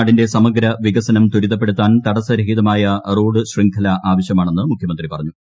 നാടിന്റെ സമഗ്ര വികസനം ത്തിതപ്പെടുത്താൻ തടസ്സരഹിതമായ റോഡ് ശൃംഖല ആവശ്യമാണെന്ന് മുഖ്യമന്ത്രി പറഞ്ഞു